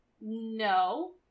No